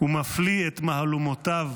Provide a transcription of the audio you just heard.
ומפליא את מהלומותיו,